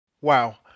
Wow